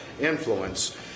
influence